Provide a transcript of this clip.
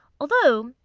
although,